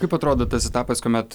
kaip atrodo tas etapas kuomet